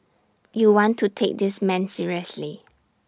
you want to take this man seriously